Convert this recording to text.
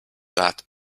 that